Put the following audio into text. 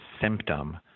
symptom